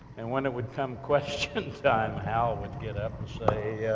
and when it would come question time, hal would get up, and say,